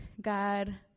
God